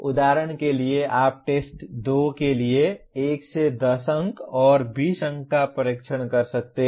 उदाहरण के लिए आप टेस्ट 2 के लिए 1 10 अंक और 20 अंक का परीक्षण कर सकते हैं